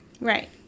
Right